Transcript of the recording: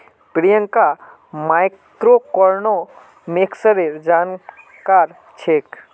प्रियंका मैक्रोइकॉनॉमिक्सेर जानकार छेक्